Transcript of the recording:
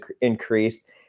increased